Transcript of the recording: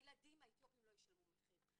הילדים האתיופים לא ישלמו מחיר,